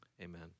Amen